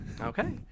Okay